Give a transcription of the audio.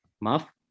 Muff